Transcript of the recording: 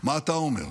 מה אתה אומר?